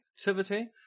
activity